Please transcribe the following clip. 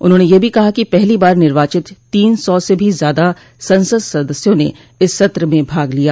उन्होंने यह भी कहा कि पहली बार निर्वाचित तीन सौ से भी ज्यादा संसद सदस्यों ने इस सत्र में भाग लिया